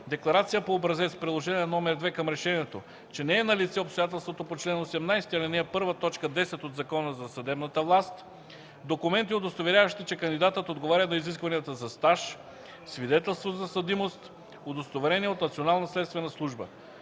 декларация по образец, Приложение № 2 към Решението, че не е налице обстоятелството по чл. 18, ал. 1, т. 10 от Закона за съдебната власт; - документи, удостоверяващи, че кандидатът отговаря на изискванията за стаж; - свидетелство за съдимост; - удостоверение от Национална следствена служба.